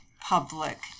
public